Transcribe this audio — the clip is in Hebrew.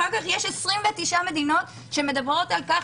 אחר כך יש 29 מדינות שמדברות על כך